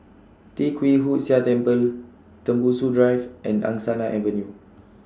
Tee Kwee Hood Sia Temple Tembusu Drive and Angsana Avenue